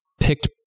picked